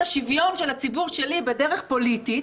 השוויון של הציבור שלי בדרך פוליטית,